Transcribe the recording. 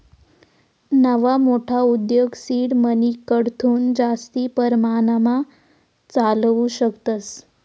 नवा मोठा उद्योग सीड मनीकडथून जास्ती परमाणमा चालावू शकतस